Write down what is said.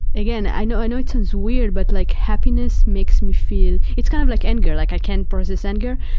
again, i know i know it sounds weird, but like happiness makes me feel it's kind of like anger, like i can't process anger,